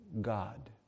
God